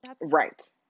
Right